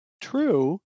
true